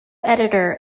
editor